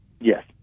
Yes